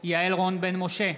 יעל רון בן משה,